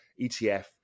ETF